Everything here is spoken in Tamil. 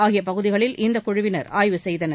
ஆகிய பகுதிகளில் இக்குழுவினர் ஆய்வு செய்தனர்